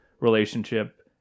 relationship